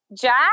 Jack